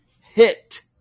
hit